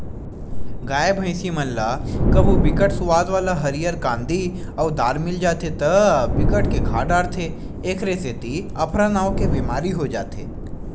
गाय, भइसी मन ल कभू बिकट सुवाद वाला हरियर कांदी अउ दार मिल जाथे त बिकट के खा डारथे एखरे सेती अफरा नांव के बेमारी हो जाथे